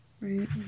Right